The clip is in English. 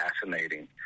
fascinating